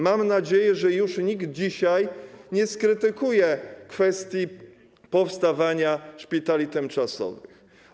Mam nadzieję, że już nikt dzisiaj nie skrytykuje kwestii powstawania szpitali tymczasowych.